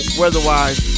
weather-wise